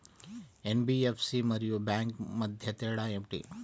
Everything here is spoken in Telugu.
ఎన్.బీ.ఎఫ్.సి మరియు బ్యాంక్ మధ్య తేడా ఏమిటి?